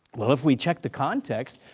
well if we check the context,